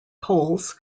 poles